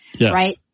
right